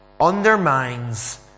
undermines